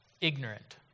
Ignorant